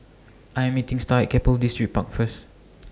I Am meeting Starr At Keppel Distripark First